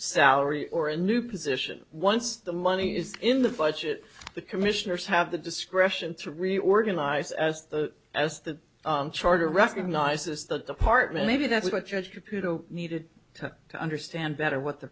salary or a new position once the money is in the budget the commissioners have the discretion to reorganize as the as the charter recognizes the department maybe that's what judgeship you know needed to understand better what the